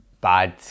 bad